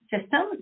system